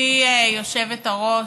גברתי היושבת-ראש,